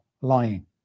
lying